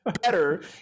better